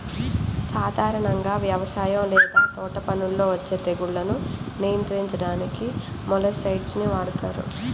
సాధారణంగా వ్యవసాయం లేదా తోటపనుల్లో వచ్చే తెగుళ్లను నియంత్రించడానికి మొలస్సైడ్స్ ని వాడుతారు